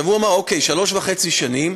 הוא אמר: שלוש וחצי שנים,